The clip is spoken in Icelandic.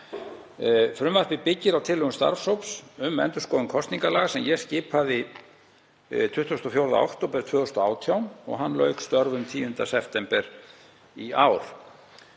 Frumvarpið byggir á tillögum starfshóps um endurskoðun kosningalaga sem ég skipaði 24. október 2018 og lauk hann störfum 10. september í ár.